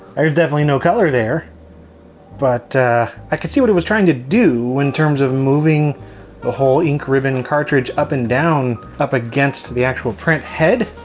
definitely no color there but i could see what it was trying to do in terms of moving the whole ink ribbon cartridge up and down up against the actual printhead.